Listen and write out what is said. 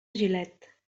gilet